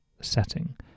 setting